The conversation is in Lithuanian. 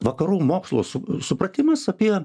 vakarų mokslo su supratimas apie